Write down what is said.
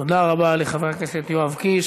תודה רבה לחבר הכנסת יואב קיש.